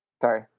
sorry